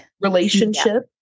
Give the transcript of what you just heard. relationship